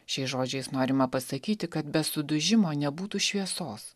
šiais žodžiais norima pasakyti kad be sudužimo nebūtų šviesos